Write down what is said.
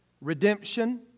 Redemption